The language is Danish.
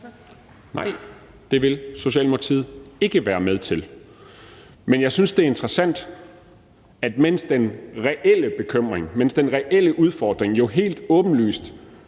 (S): Det vil Socialdemokratiet ikke være med til. Men jeg synes, det er interessant, at mens den reelle bekymring, mens den reelle udfordring jo helt åbenlyst